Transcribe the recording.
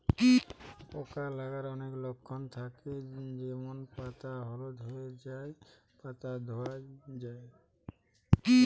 পোকা লাগার অনেক লক্ষণ থাকছে যেমন পাতা হলুদ হয়ে যায়া, পাতা খোয়ে যায়া